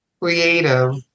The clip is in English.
creative